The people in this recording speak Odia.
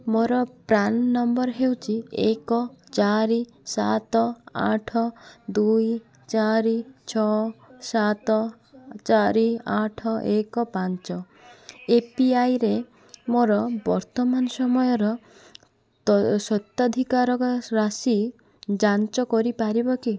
ମୋର ପ୍ରାନ୍ ନମ୍ବର୍ ହେଉଛି ଏକ ଚାରି ସାତ ଆଠ ଦୁଇ ଚାରି ଛଅ ସାତ ଚାରି ଆଠ ଏକ ପାଞ୍ଚ ଏପିୱାଇରେ ମୋର ବର୍ତ୍ତମାନ ସମୟର ତ ସ୍ୱତ୍ୱାଧିକାର ରାଶି ଯାଞ୍ଚ କରିପାରିବ କି